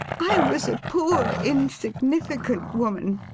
i was a poor insignificant woman.